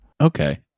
Okay